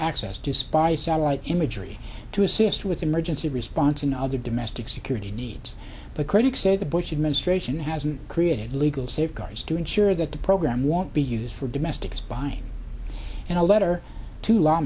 access to spy satellite imagery to assist with emergency response and other domestic security needs but critics say the bush administration hasn't created legal safeguards to ensure that the program won't be used for domestic spying and a letter to law